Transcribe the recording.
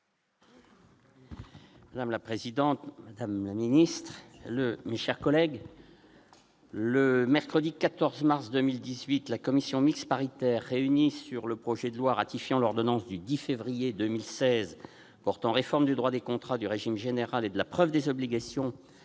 Madame la présidente, madame la garde des sceaux, mes chers collègues, le mercredi 14 mars 2018, la commission mixte paritaire réunie sur le projet de loi ratifiant l'ordonnance du 10 février 2016 portant réforme du droit des contrats, du régime général et de la preuve des obligations,